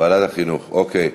ועדת החינוך, אוקיי,